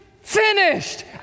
finished